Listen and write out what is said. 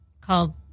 called